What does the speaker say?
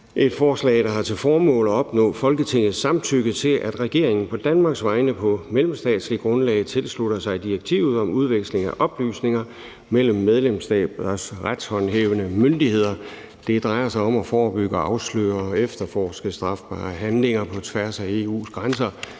et forslag, der har til formål at opnå Folketingets samtykke til, at regeringen på Danmarks vegne på mellemstatsligt grundlag tilslutter sig direktivet om udveksling af oplysninger mellem medlemsstaters retshåndhævende myndigheder. Det drejer sig om at forebygge, afsløre og efterforske strafbare handlinger på tværs af EU's grænser.